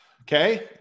Okay